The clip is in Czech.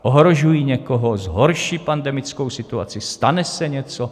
Ohrožují někoho, zhorší pandemickou situaci, stane se něco?